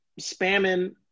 spamming